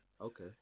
Okay